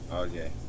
Okay